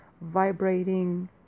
vibrating